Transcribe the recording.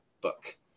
book